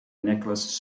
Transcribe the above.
nicholas